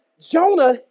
Jonah